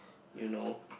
you know